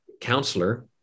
counselor